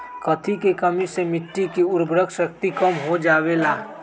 कथी के कमी से मिट्टी के उर्वरक शक्ति कम हो जावेलाई?